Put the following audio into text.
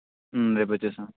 రేపు వస్తాను